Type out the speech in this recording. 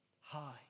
high